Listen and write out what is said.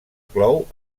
clou